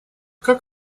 как